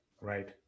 Right